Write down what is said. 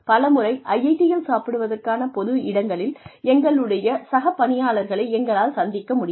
பல முறை IIT -இல் சாப்பிடுவதற்கான பொது இடத்தில் எங்களுடைய சக பணியாளர்களை எங்களால் சந்திக்க முடியும்